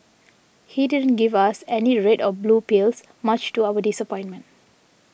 he didn't give us any red or blue pills much to our disappointment